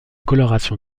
coloration